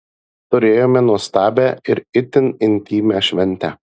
turėjome nuostabią ir itin intymią šventę